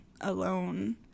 alone